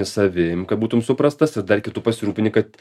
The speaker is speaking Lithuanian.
savim kad būtum suprastas ir dar kitu pasirūpini kad